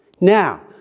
Now